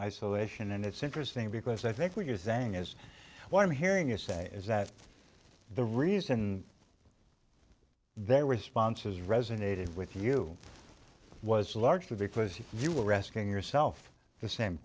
isolation and it's interesting because i think what you're saying is what i'm hearing you say is that the reason there were sponsors resonated with you was largely because you were resting yourself the same